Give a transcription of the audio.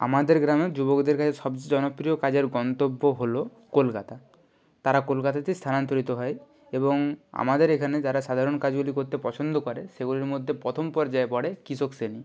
আমাদের গ্রামের যুবকদের কাছে সবচেয়ে জনপ্রিয় কাজের গন্তব্য হলো কলকাতা তারা কলকাতাতে স্থানান্তরিত হয় এবং আমাদের এখানে যারা সাধারণ কাজগুলি করতে পছন্দ করে সেগুলির মধ্যে প্রথম পর্যায় পড়ে কৃষক শ্রেণী